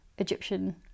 Egyptian